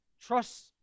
trust